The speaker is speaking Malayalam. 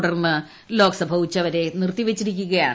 തുടർണ്ണ് റ്റലോക്സഭ ഉച്ചവരെ നിർത്തിവച്ചിരിക്കുകാണ്